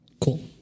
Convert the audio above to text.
Cool